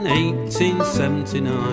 1879